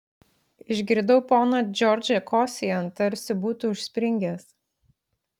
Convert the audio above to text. išgirdau poną džordžą kosėjant tarsi būtų užspringęs